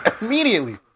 immediately